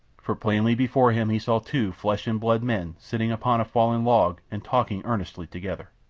for plainly before him he saw two flesh-and-blood men sitting upon a fallen log and talking earnestly together.